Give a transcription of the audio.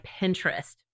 Pinterest